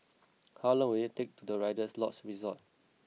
how long will it take to the Rider's Lodge Resort